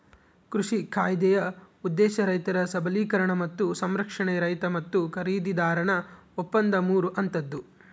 ಕೃಷಿ ಕಾಯ್ದೆಯ ಉದ್ದೇಶ ರೈತರ ಸಬಲೀಕರಣ ಮತ್ತು ಸಂರಕ್ಷಣೆ ರೈತ ಮತ್ತು ಖರೀದಿದಾರನ ಒಪ್ಪಂದ ಮೂರು ಹಂತದ್ದು